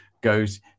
goes